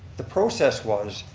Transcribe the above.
the process was,